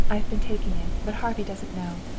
i've been taking it, but harvey doesn't know.